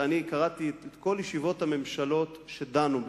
קראתי את כל ישיבות הממשלות שדנו בזה,